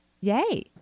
Yay